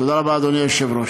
תודה רבה, אדוני היושב-ראש.